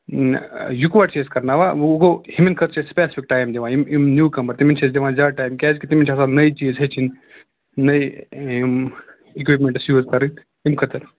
اِکووٹہٕ چھِ أسۍ کَرناوان وۅنۍ گوٚو یِمَن خٲطرٕ چھِ أسۍ سِپیٚسفِک ٹایم دِوان یِم یِم نیٛوٗ کَمَر تِمَن چھِ أسۍ دِوان زیادٕ ٹایم کیٛازکہِ تِمَن چھِ آسان نٔے چیٖز ہیٚچھِنۍ نٔے یِم اِکوٗپمٮ۪نٛٹس یوٗز کَرٕنۍ اَمہِ خٲطرٕ